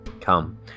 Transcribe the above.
Come